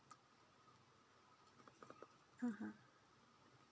mmhmm